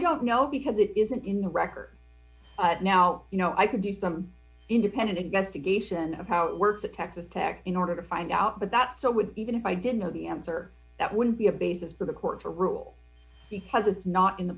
don't know because it isn't in the record but now you know i could do some independent investigation of how it works at texas tech in order to find out but that so would even if i didn't know the answer that would be a basis for the court to rule because it's not in the